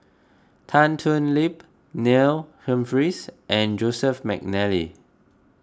Tan Thoon Lip Neil Humphreys and Joseph McNally